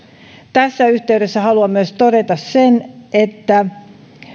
tässä yhteydessä haluan myös todeta että